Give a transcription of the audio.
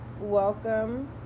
Welcome